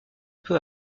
peu